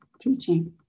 teaching